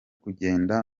kugenda